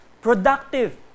productive